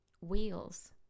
wheels